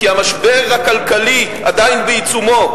"כי המשבר הכלכלי עדיין בעיצומו.